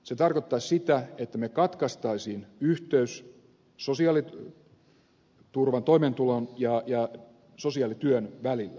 se tarkoittaisi sitä että me katkaisisimme yhteyden sosiaaliturvan toimeentulon ja sosiaalityön välillä